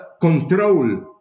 control